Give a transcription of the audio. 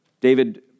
David